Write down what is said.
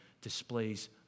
displays